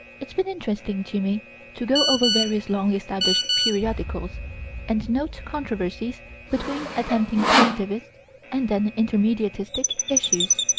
it's been interesting to me to go over various long-established periodicals and note controversies between attempting positivists and then intermediatistic issues.